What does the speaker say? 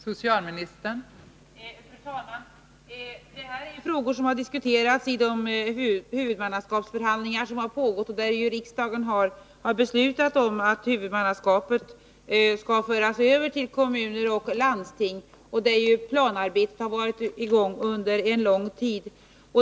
Fru talman! Det här är frågor som diskuterats i de huvudmannaskapsförhandlingar som pågått. Riksdagen har ju beslutat om att huvudmannaskapet skall föras över till kommunerna och landstingen. Det planarbetet har varit i gång under lång tid.